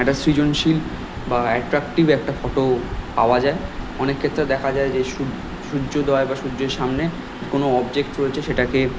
একটা সৃজনশীল বা অ্যাটট্রাক্টিভ একটা ফটো পাওয়া যায় অনেক ক্ষেত্রে দেখা যায় যে সূয্যোদয় বা সূয্যের সামনে কোনও অবজেক্ট রয়েছে সেটাকে